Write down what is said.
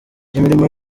imirimo